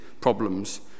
problems